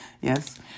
Yes